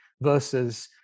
versus